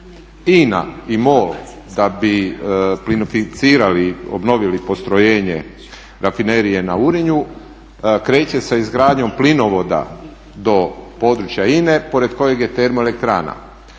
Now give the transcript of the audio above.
INA i MOL da bi plinoficirali, obnovili postrojenje rafinerije na Urinju kreće sa izgradnjom plinovoda do područja INA pored kojeg je termoelektrana.